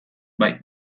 bai